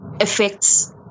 affects